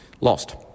lost